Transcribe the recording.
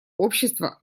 общества